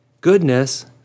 goodness